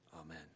Amen